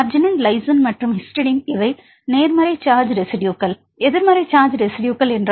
arginine lysine மற்றும் histidine இவை நேர்மறை சார்ஜ் ரெஸிட்யுகள் எதிர்மறை சார்ஜ் ரெஸிட்யுகள் என்ன